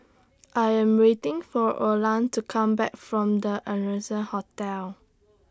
I Am waiting For Orland to Come Back from The Ardennes Hotel